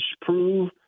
prove